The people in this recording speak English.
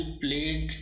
played